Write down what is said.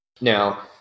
Now